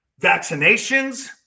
vaccinations